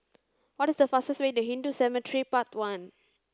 what is the fastest way to Hindu Cemetery Path one